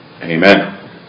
Amen